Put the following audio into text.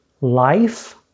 life